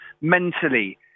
Mentally